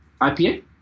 IPA